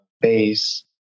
base